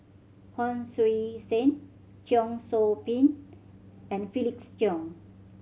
Hon Sui Sen Cheong Soo Pieng and Felix Cheong